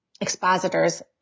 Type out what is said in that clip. expositors